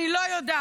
אני לא יודעת.